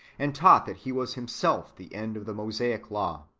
and taught that he was himself the end of the mosaic law,